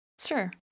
Sure